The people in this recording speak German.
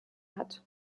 hat